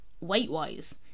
weight-wise